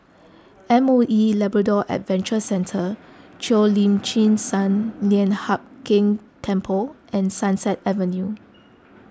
M O E Labrador Adventure Centre Cheo Lim Chin Sun Lian Hup Keng Temple and Sunset Avenue